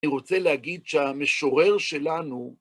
אני רוצה להגיד שהמשורר שלנו